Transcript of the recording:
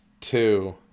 two